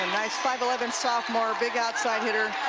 and nice five eleven sophomore. big outside hitter.